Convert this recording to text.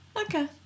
Okay